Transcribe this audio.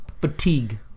Fatigue